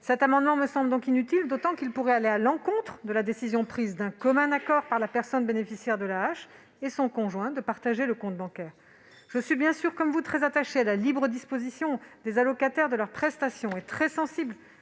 Cet amendement me semble donc inutile, d'autant qu'il pourrait aller à l'encontre de la décision prise d'un commun accord par la personne bénéficiaire de l'AAH et son conjoint de partager le compte bancaire. Je suis bien sûr, comme vous, très attachée à la libre disposition par les allocataires de leurs prestations et très sensible